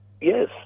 yes